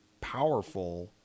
powerful